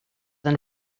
than